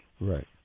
Right